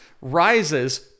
rises